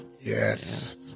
Yes